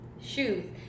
shoes